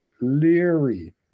leery